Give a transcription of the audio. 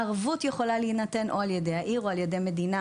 הערבות יכולה להינתן או על ידי העיר או על ידי המדינה,